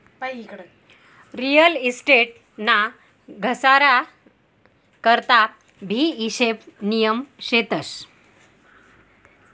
real estate ना घसारा करता भी ईशेष नियम शेतस